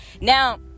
now